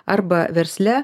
arba versle